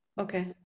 Okay